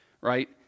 right